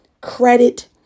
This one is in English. credit